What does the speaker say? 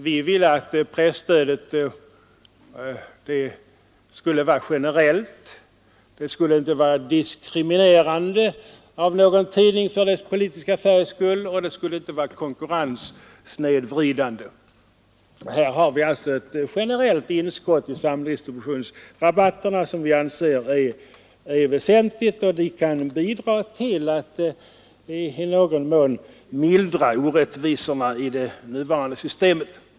Vi ville att presstödet skulle vara generellt. Det skulle inte innebära diskriminering av någon tidning för dess politiska färgs skull, och det skulle inte vara konkurrenssnedvridande. Här har vi alltså ett generellt tillskott i samdistributionsrabatterna som vi anser är väsentligt, och det kan bidra till att i någon mån mildra orättvisorna i det nuvarande systemet.